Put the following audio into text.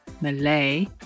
Malay